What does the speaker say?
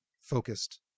focused